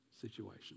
situation